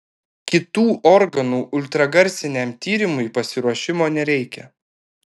kitų organų ultragarsiniam tyrimui pasiruošimo nereikia